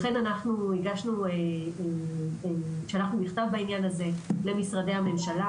לכן, אנחנו שלחנו מכתב בעניין הזה למשרדי הממשלה.